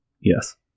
Yes